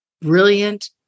brilliant